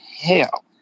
hell